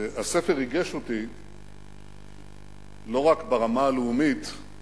והספר ריגש אותי לא רק ברמה הלאומית,